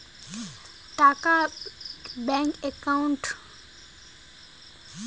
টাকা ট্রানস্ফারস এর জন্য কি ব্যাংকে ইন্টারনেট লিংঙ্ক থাকা জরুরি?